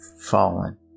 fallen